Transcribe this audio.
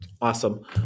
Awesome